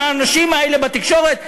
האנשים האלה בתקשורת,